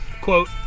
quote